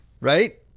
right